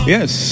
Yes